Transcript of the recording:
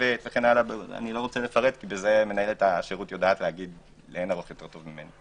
וכו' מנהלת השירות יודעת לאין ערוך טוב ממני.